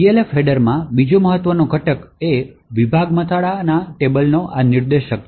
Elf હેડરમાં બીજો મહત્વનો ઘટક એ વિભાગ મથાળાના ટેબલનો આ નિર્દેશક છે